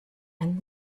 and